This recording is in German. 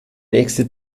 nächste